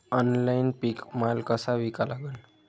Online पीक माल कसा विका लागन?